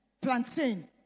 Plantain